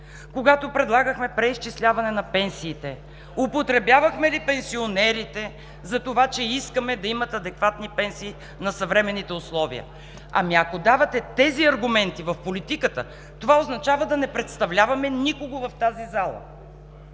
Когато предлагахме преизчисляване на пенсиите, употребявахме ли пенсионерите за това, че искаме да имат адекватни пенсии на съвременните условия? Ами, ако давате тези аргументи в политиката, това означава да не представляваме никого в тази зала.